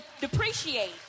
depreciate